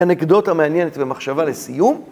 אנקדוטה מעניינת ומחשבה לסיום.